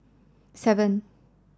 seven